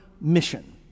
mission